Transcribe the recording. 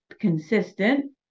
consistent